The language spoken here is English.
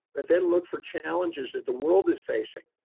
but then look for challenges that the world is facing.